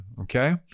Okay